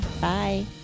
Bye